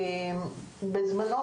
בזמנו,